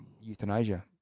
euthanasia